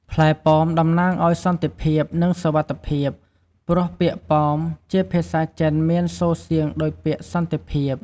ផ្លែប៉ោមតំណាងឱ្យសន្តិភាព និងសុវត្ថិភាព ព្រោះពាក្យ "ប៉ោម"ជាភាសាចិនមានសូរសៀងដូចពាក្យ "សន្តិភាព"។